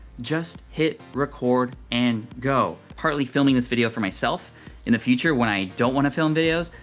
just hit record and go. partly filming this video for myself in the future when i don't wanna film videos.